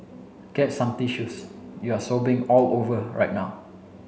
get some tissues you're sobbingv all over right now